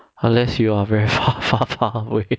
unless you are very far far far away